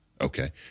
Okay